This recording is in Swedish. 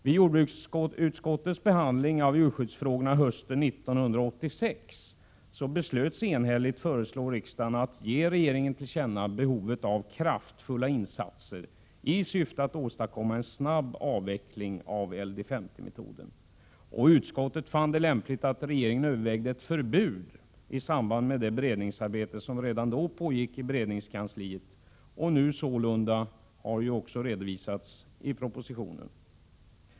Vid jordbruksutskottets behandling av djurskyddsfrågorna hösten 1986 beslöts enhälligt att föreslå riksdagen att ge regeringen till känna behovet av kraftfulla insatser i syfte att åstadkomma en snabb avveckling av LD 50-metoden. Utskottet fann det lämpligt att regeringen övervägde ett förbud i samband med det beredningsarbete som redan då pågick i regeringskansliet och nu sålunda har redovisats i en proposition.